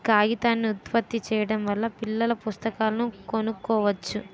కాగితాన్ని ఉత్పత్తి చేయడం వల్ల పిల్లల పుస్తకాలను కొనుక్కోవచ్చు